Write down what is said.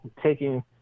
taking